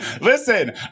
Listen